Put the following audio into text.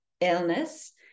illness